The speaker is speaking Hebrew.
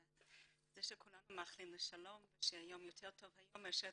זה שכולנו מאחלים לשלום ושיהיה יום יותר טוב מאשר אתמול,